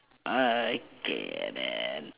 uh okay then